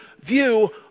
view